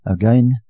Again